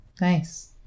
Nice